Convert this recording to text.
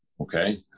Okay